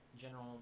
general